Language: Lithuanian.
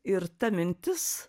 ir ta mintis